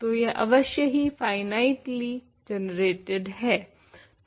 तो यह अवश्य ही फाइनाइटली जनरेटेड है